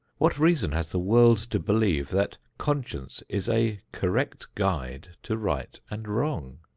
what reason has the world to believe that conscience is a correct guide to right and wrong?